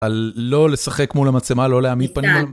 על לא לשחק מול המצלמה, לא להעמיד פנים.